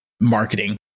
marketing